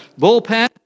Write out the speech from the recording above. bullpen